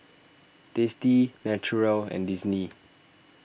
Tasty Naturel and Disney